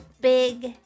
big